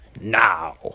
now